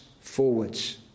forwards